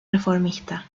reformista